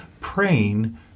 praying